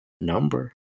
number